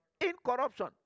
Incorruption